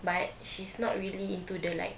but she's not really into the like